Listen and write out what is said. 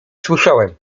słyszałem